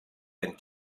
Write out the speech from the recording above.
and